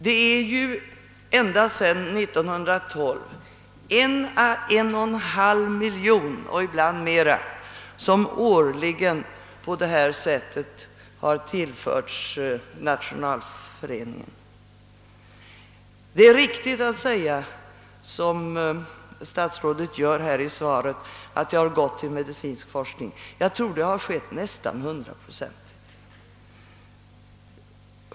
Ända sedan 1912 har 1 å 1,5 miljon och ibland mera årligen på detta sätt tillförts Nationalföreningen. Det är riktigt, som statsrådet säger här i svaret, att pengarna har gått till medicinsk forskning — jag tror nästan hundraprocentigt.